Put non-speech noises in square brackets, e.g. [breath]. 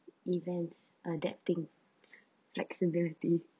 events adapting [breath] flexibility